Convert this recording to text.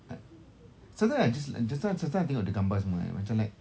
I sometimes I just just sometime sometimes I tengok the gambar semua eh macam like